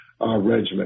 regimen